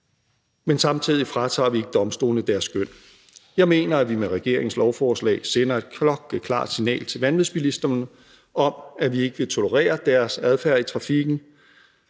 men samtidig fratager vi ikke domstolene deres skøn. Jeg mener, at vi med regeringens lovforslag sender et klokkeklart signal til vanvidsbilisterne om, at vi ikke vil tolerere deres adfærd i trafikken,